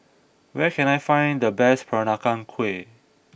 where can I find the best Peranakan Kueh